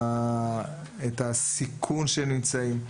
את הסיכון בו הם נמצאים.